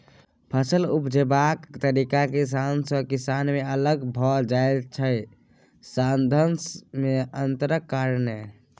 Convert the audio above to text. फसल उपजेबाक तरीका किसान सँ किसान मे अलग भए जाइ छै साधंश मे अंतरक कारणेँ